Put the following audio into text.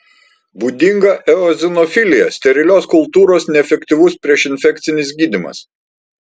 būdinga eozinofilija sterilios kultūros neefektyvus priešinfekcinis gydymas